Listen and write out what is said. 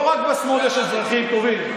לא רק בשמאל יש אזרחים טובים.